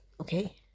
okay